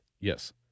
Yes